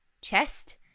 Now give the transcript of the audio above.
chest